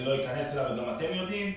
אני לא אכנס אליו וגם אתם יודעים.